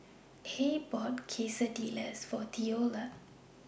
Hays bought Quesadillas For Theola